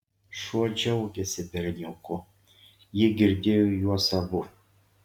šuo džiaugėsi berniuku ji girdėjo juos abu